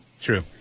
True